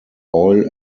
oil